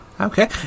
Okay